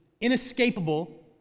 inescapable